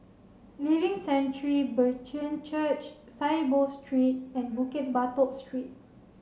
Living Sanctuary Brethren Church Saiboo Street and Bukit Batok Street